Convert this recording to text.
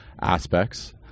aspects